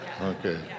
Okay